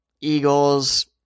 eagles